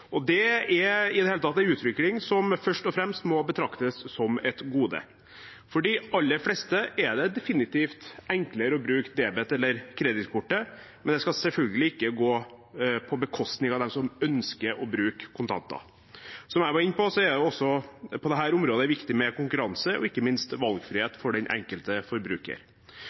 og det er en utvikling som først og fremst må betraktes som et gode. For de aller fleste er det definitivt enklere å bruke debet- eller kredittkortet, men det skal selvfølgelig ikke gå på bekostning av dem som ønsker å bruke kontanter. Som jeg var inne på, er det også på dette området viktig med konkurranse og ikke minst valgfrihet for den enkelte forbruker.